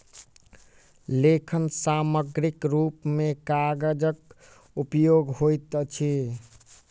लेखन सामग्रीक रूप मे कागजक उपयोग होइत अछि